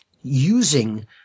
using